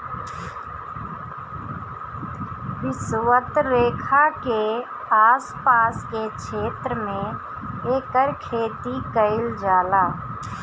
विषवत रेखा के आस पास के क्षेत्र में एकर खेती कईल जाला